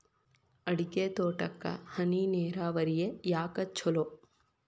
ಅಡಿಕೆ ತೋಟಕ್ಕ ಹನಿ ನೇರಾವರಿಯೇ ಯಾಕ ಛಲೋ?